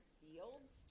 fields